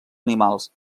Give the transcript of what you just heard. animals